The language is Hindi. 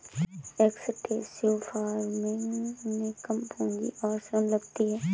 एक्सटेंसिव फार्मिंग में कम पूंजी और श्रम लगती है